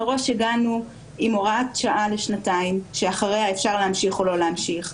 מראש הגענו עם הוראת שעה לשנתיים שאחריה אפשר להמשיך או לא להמשיך.